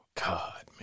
God